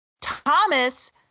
Thomas